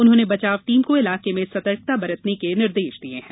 उन्होंने बचाव टीम को इलाके में सतर्कता बरतने के निर्देश दिये हैं